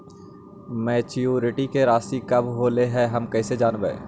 Maturity के रासि कब होलै हम कैसे जानबै?